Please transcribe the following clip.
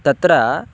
तत्र